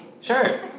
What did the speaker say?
Sure